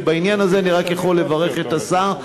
שבעניין הזה אני רק יכול לברך את השר.